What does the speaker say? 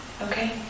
Okay